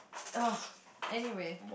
ugh anyway